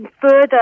further